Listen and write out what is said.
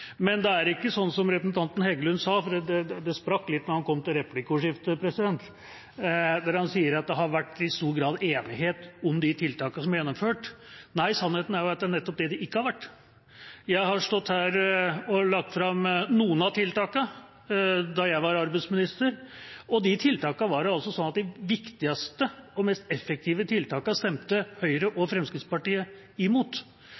men det er ikke slik som representanten Heggelund sa, for det sprakk litt da han kom til replikkordskiftet. Han sa at det har vært en stor grad av enighet om de tiltakene som har vært gjennomført. Nei, sannheten er at det er nettopp det det ikke har vært. Jeg har stått her og lagt fram noen av tiltakene da jeg var arbeidsminister, og det var slik at de viktigste og mest effektive tiltakene stemte Høyre og Fremskrittspartiet imot.